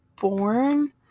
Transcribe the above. born